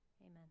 Amen